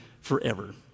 forever